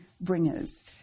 bringers